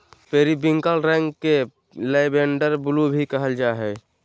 periwinkle रंग के lavender blue भी कहल जा हइ